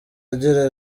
agira